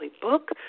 book